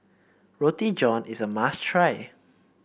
Roti John is a must try